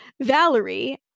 Valerie